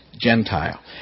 Gentile